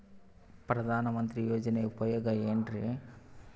ಪ್ರಧಾನಮಂತ್ರಿ ಯೋಜನೆ ಉಪಯೋಗ ಏನ್ರೀ?